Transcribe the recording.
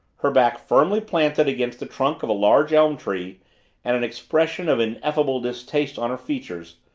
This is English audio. her back firmly planted against the trunk of a large elm tree and an expression of ineffable distaste on her features,